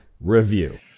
review